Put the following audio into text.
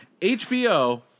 HBO